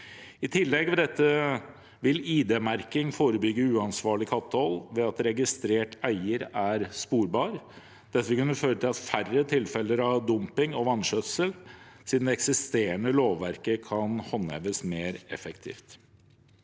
I tillegg vil ID-merking forebygge uansvarlig kattehold ved at registrert eier er sporbar. Dette vil kunne føre til færre tilfeller av dumping og vanskjøtsel, siden det eksisterende lovverket kan håndheves mer effektivt.